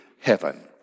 heaven